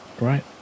right